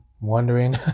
wondering